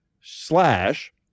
slash